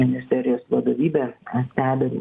ministerijos vadovybe stebim